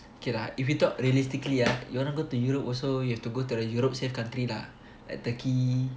okay lah if you talk realistically ah you want to go to europe also you have to go to the europe safe country lah Turkey